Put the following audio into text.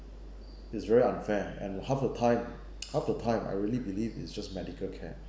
it's very unfair and half the time half the time I really believe it's just medical care